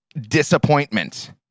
disappointment